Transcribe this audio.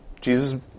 Jesus